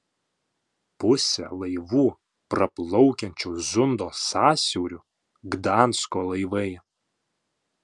pusė laivų praplaukiančių zundo sąsiauriu gdansko laivai